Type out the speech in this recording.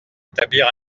établir